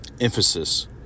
emphasis